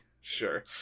Sure